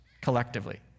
collectively